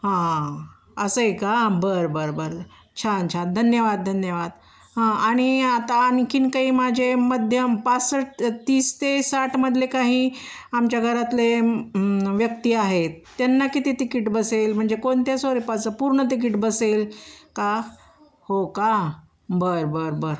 हा असं आहे का बरं बरं बरं छान छान धन्यवाद धन्यवाद हा आणि आता आणखी काही माझे मध्यम पासष्ट तीस ते साठमधले काही आमच्या घरातले व्यक्ती आहेत त्यांना किती तिकीट बसेल म्हणजे कोणत्या स्वरूपाचं पूर्ण तिकीट बसेल का हो का बरं बरं बरं